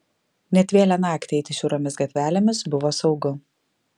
net vėlią naktį eiti siauromis gatvelėmis buvo saugu